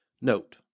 Note